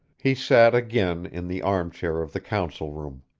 he sat again in the arm-chair of the council room.